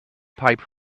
pipe